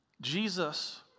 Jesus